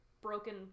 broken